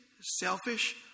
selfish